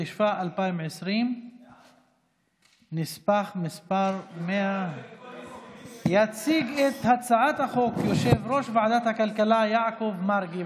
התש"ף 2020. יציג את הצעת החוק יושב-ראש ועדת הכלכלה יעקב מרגי,